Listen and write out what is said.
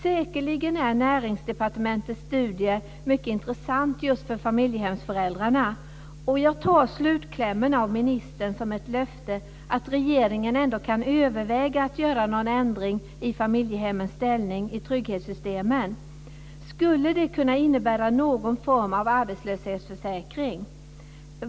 Säkerligen är Näringsdepartementets studie mycket intressant just för familjehemsföräldrarna. Jag tar ministerns slutkläm som ett löfte att regeringen ändå kan överväga att göra någon ändring i familjehemmens ställning i trygghetssystemen. Skulle det kunna innebära någon form av arbetslöshetsförsäkring?